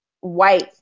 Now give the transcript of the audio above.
white